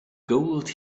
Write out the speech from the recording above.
gold